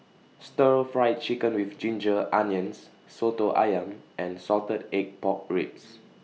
Stir Fried Chicken with Ginger Onions Soto Ayam and Salted Egg Pork Ribs